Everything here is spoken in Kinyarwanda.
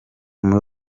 muri